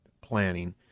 planning